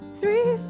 Three